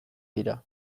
dira